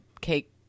cake